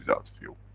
without fuel.